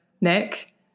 nick